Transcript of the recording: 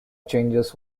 changes